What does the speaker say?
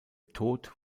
tod